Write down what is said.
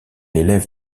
élève